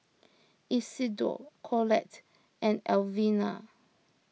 Isidore Collette and Alvina